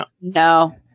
No